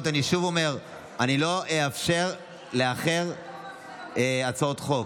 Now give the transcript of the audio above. התקבלה בקריאה טרומית,